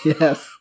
Yes